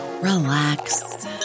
relax